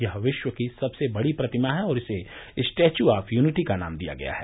यह विश्व की सबसे बड़ी प्रतिमा है और इसे स्टैच्यू ऑफ यूनिटी नाम दिया गया है